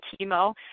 chemo